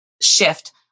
Shift